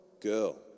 Girl